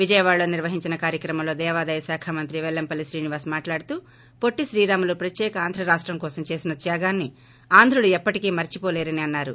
విజయవాడలో నిర్వహించిన కార్యక్రమంలో దేవాదాయ శాఖ మంత్రి పెల్లంపల్లి శ్రీనివాస్ మాట్లాడుతూ పొట్లి శ్రీరాములు ప్రత్యేక ఆంధ్ర రాష్టం కోసం చేసిన త్యాగాన్ని ఆంధ్రులు ఎప్పటికీ మరిచిపోలేరని అన్నారు